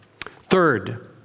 third